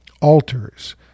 altars